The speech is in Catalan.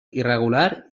irregular